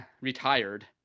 retired